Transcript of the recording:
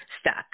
stuck